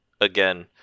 again